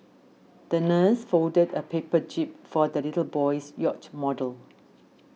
the nurse folded a paper jib for the little boy's yacht model